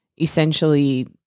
essentially